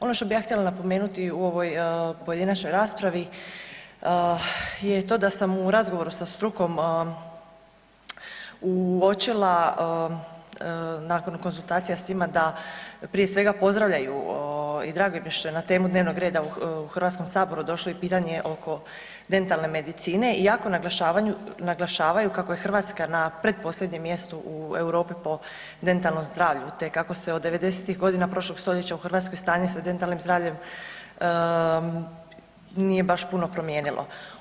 Ono što bi ja htjela napomenuti u ovoj pojedinačnoj raspravi je to da sam u razgovoru sa strukom uočila nakon konzultacija s njima da prije svega pozdravljaju i drago im je što je na temu dnevnog reda u HS došlo i pitanje oko dentalne medicine, iako naglašavaju kako je Hrvatska na pretposljednjem mjestu u Europi po dentalnom zdravlju te kako se od devedesetih godina prošlog stoljeća u Hrvatskoj stanje sa dentalnim zdravljem nije baš puno promijenilo.